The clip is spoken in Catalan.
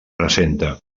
presenta